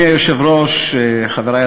אני קובע כי הצעת החוק אושרה בקריאה